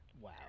Wow